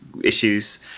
issues